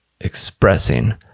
expressing